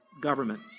government